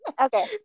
Okay